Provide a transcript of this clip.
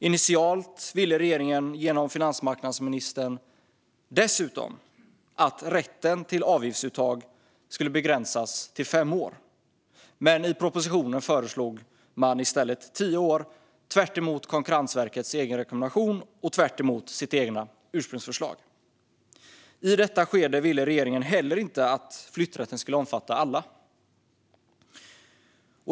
Initialt ville regeringen genom finansmarknadsministern dessutom att rätten till avgiftsuttag skulle begränsas till fem år. Men i propositionen föreslog man i stället tio år, tvärt emot Konkurrensverkets egen rekommendation och tvärt emot sitt eget ursprungsförslag. I detta skede ville regeringen heller inte att flytträtten skulle omfatta alla.